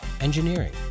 engineering